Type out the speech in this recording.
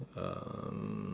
um